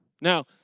Now